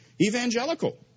evangelical